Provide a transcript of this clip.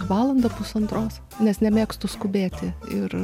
valandą pusantros nes nemėgstu skubėti ir